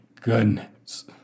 goodness